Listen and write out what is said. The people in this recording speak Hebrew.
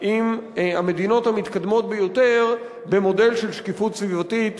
עם המדינות המתקדמות ביותר במודל של שקיפות סביבתית